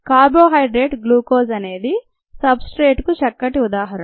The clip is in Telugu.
కార్బోహైడ్రేట్ గ్లూకోజ్ అనేది సబ్ స్ట్రేట్ కు చక్కటి ఉదాహరణ